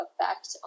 effect